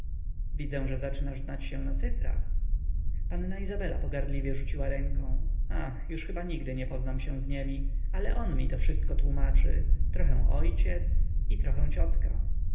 widzę że zaczynasz znać się na cyfrach panna izabela pogardliwie rzuciła ręką ach już chyba nigdy nie poznam się z niemi ale on mi to wszystko tłómaczy trochę ojciec i trochę ciotka